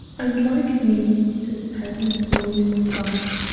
and like me to the pesant boyes of france,